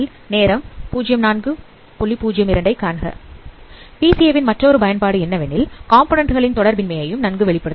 PCA வின் மற்றொரு பயன்பாடு என்னவெனில் காம்போநன்ண்ட் களின் தொடர்பின்மை யையும் நன்கு வெளிப்படுத்தும்